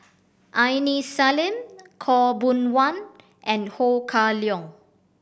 Aini Salim Khaw Boon Wan and Ho Kah Leong